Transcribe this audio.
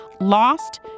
lost